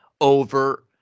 over